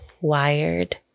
wired